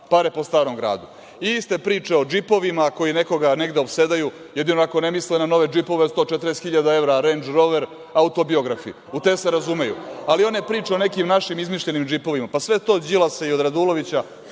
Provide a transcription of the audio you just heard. pare po Starom gradu, iste priče o džipovima koji nekoga negde opsedaju. Jedino ako ne misle na nove džipove od 140.000 evra, Rendž Rover autobiografi. U te se razumeju. Ali, one priče o nekim našim izmišljenim džipovima, pa sve je to od Đilasa i Radulovića